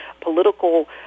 political